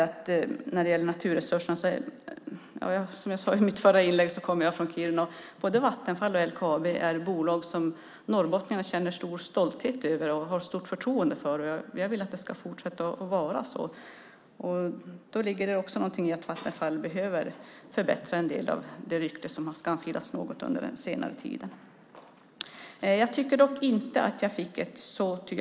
Som jag sade i mitt tidigare inlägg kommer jag från Kiruna, och både Vattenfall och LKAB är bolag som norrbottningarna känner stor stolthet över och har stort förtroende för. Jag vill att det ska fortsätta att vara så. Då ligger det också någonting i att Vattenfall behöver förbättra en del av det rykte som har skamfilats något under den senare tiden. Jag tycker dock inte att jag fick ett så tydligt svar.